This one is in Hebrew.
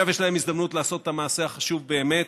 עכשיו יש להם הזדמנות לעשות את המעשה החשוב באמת